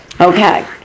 Okay